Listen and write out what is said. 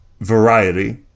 variety